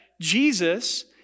Jesus